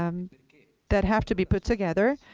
um that have to be put together.